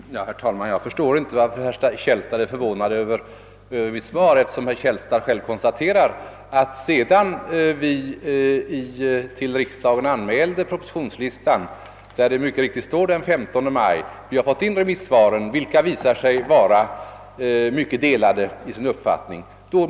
Herr talman! Jag förstår inte varför herr Källstad är förvånad över mitt svar, eftersom han själv konstaterar att vi, sedan vi till riksdagen anmälde propositionslistan, vari mycket riktigt den 15 maj anges, har fått in remisssvaren, vilka visat sig vara mycket delade i sina uppfattningar.